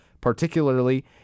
particularly